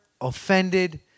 offended